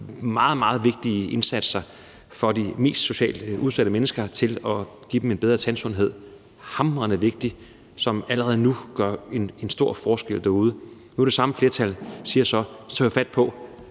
meget, meget vigtige indsatser for de socialt set mest udsatte mennesker for at give dem en bedre tandsundhed. Det er hamrende vigtigt, og det gør allerede nu en stor forskel derude. Det samme flertal tager så fat på